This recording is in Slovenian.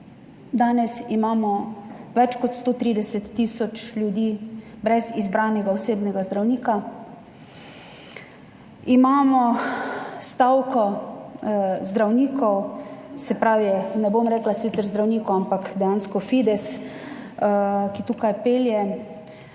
Danes imamo več kot 130 tisoč ljudi brez izbranega osebnega zdravnika, imamo stavko zdravnikov, ne bom rekla sicer zdravnikov, ampak dejansko Fidesa, ki to pelje.